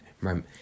right